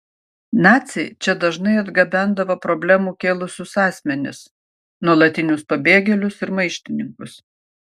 naciai čia dažnai atgabendavo problemų kėlusius asmenis nuolatinius pabėgėlius ir maištininkus